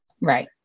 Right